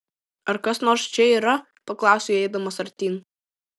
ar kas nors čia yra paklausiau eidamas artyn